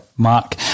Mark